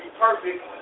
perfect